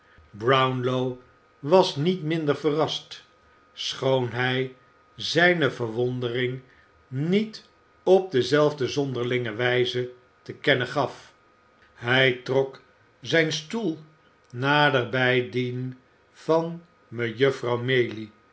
brownlow was niet minder verrast schoon hij zijne verwondering niet op dezelfde zonderlinge wijze te kennen gaf hij trok zijn stoel nader bij dien van mejuffrouw maylie